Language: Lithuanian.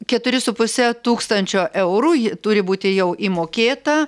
keturi su puse tūkstančio eurų ji turi būti jau įmokėta